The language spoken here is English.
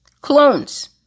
clones